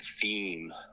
theme